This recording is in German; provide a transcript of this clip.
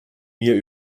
mir